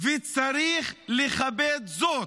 וצריך לכבד זאת,